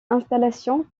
installation